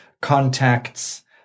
contacts